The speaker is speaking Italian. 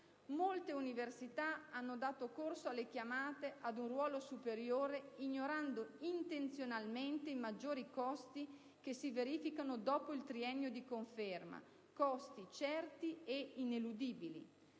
Molte università hanno dato corso alle chiamate ad un ruolo superiore ignorando intenzionalmente i maggiori costi che si verificano dopo il triennio di conferma, costi certi e ineludibili.